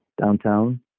downtown